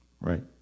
Right